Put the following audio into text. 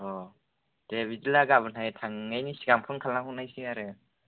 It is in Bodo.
अ दे बिदिब्ला गाबोनहाय थांनायनि सिगां फ'न खालामहरनोसै आरो